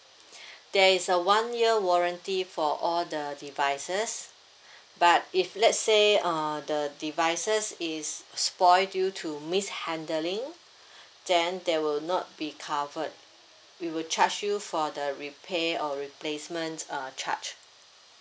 there is a one year warranty for all the devices but if let's say err the devices is spoiled due to miss handling then they will not be covered we will charge you for the repair or replacement uh charge